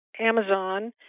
Amazon